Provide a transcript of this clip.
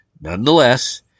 nonetheless